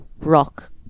rock